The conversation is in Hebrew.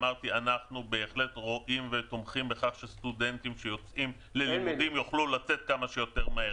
אנחנו תומכים בכך שסטודנטים שיוצאים ללימודים יוכלו לצאת כמה שיותר מהר.